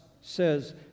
says